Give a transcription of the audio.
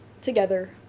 together